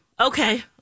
Okay